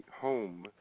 home